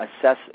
assess